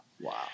Wow